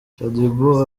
shadyboo